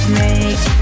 make